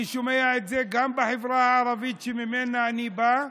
אני שומע את זה גם בחברה הערבית שממנה אני בא,